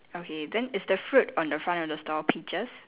okay then is the fruit on the front of the store peaches